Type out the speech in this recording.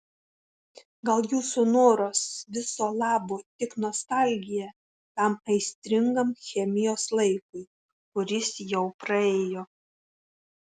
gal jūsų noras viso labo tik nostalgija tam aistringam chemijos laikui kuris jau praėjo